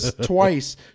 twice